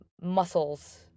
muscles